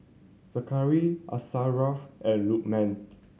Zakaria Asharaff and Lukman